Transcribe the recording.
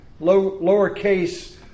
lowercase